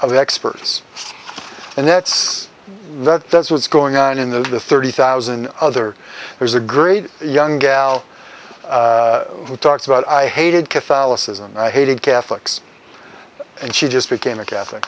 the experts and that's that that's what's going on in the thirty thousand other there's a great young gal who talks about i hated catholicism i hated catholics and she just became a catholic